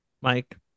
Mike